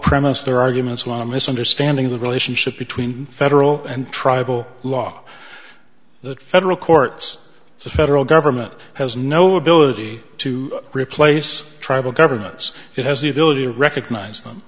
premised their arguments law misunderstanding the relationship between federal and tribal law that federal courts the federal government has no ability to replace tribal governments it has the ability to recognize them